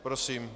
Prosím.